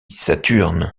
saturne